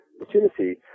opportunity